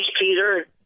Peter